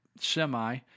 semi